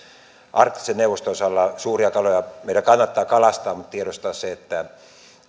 arktisen neuvoston osalta suuria kaloja meidän kannattaa kalastaa mutta tiedostaa se että